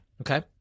Okay